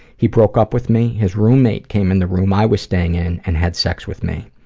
he broke up with me. his roommate came in the room i was staying in, and had sex with me.